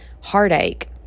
heartache